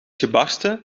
gebarsten